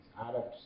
Arabs